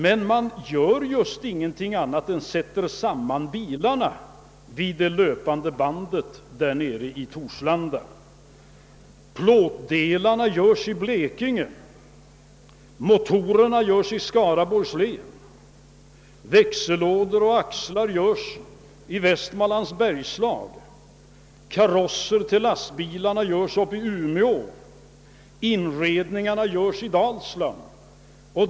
Men man gör just ingenting annat än sätter samman bilarna vid det löpande bandet i Torslanda. Plåtdelar görs i Blekinge, motorer görs i Skaraborgs län, växellådor och axlar görs i Västmanlands bergslag, karosser till lastbilarna görs uppe i Umeå och inredningar görs i Dalsland.